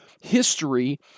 history—